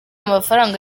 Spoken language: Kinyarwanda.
amafaranga